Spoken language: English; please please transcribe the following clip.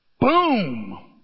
boom